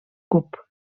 cup